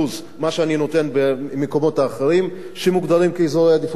מה שאני נותן במקומות אחרים שמוגדרים כאזורי עדיפות לאומית?